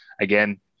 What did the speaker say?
again